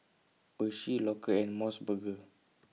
Oishi Loacker and Mos Burger